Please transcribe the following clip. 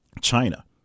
China